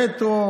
מטרו,